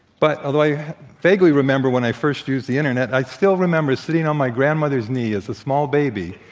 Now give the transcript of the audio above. but, although i vaguely remember when i first used the internet, i still remember sitting on my grandmother's knee as a small baby,